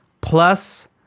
plus